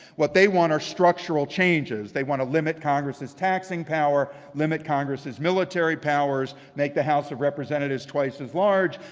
what they want are structural changes. they want to limit congress' taxing power, limit congress' military powers, make the house of representatives twice as large.